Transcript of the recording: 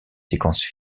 séquences